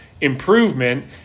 improvement